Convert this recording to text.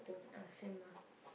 ah same lah